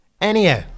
Anyhow